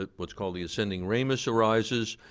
ah what's called, the ascending ramus arises,